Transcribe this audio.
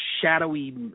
shadowy –